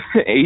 eight